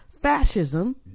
fascism